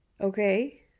okay